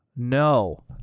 No